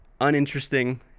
uninteresting